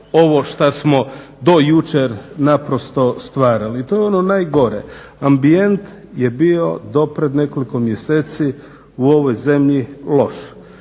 ovo što smo do jučer naprosto stvarali. To je ono najgore, ambijent je bio do pred nekoliko mjeseci u ovoj zemlji loš,